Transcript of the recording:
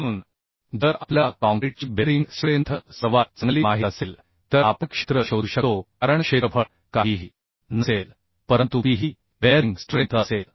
म्हणून जर आपल्याला काँक्रीटची बेअरिंग स्ट्रेंथ सर्वात चांगली माहित असेल तर आपण क्षेत्र शोधू शकतो कारण क्षेत्रफळ काहीही नसेल परंतु P ही बेअरिंग स्ट्रेंथ असेल